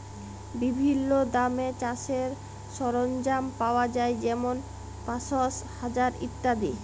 বিভিল্ল্য দামে চাষের সরল্জাম পাউয়া যায় যেমল পাঁশশ, হাজার ইত্যাদি